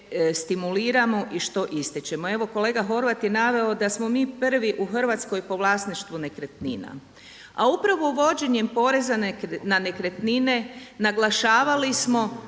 stimuliramo i što ističemo? Evo kolega Horvat je naveo da smo mi prvi u Hrvatskoj po vlasništvu nekretnina, a upravo uvođenjem poreza na nekretnine naglašavali smo